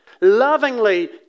lovingly